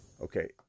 Okay